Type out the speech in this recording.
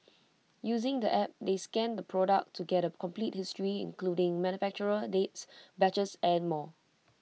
using the app they scan the product to get A complete history including manufacturer dates batches and more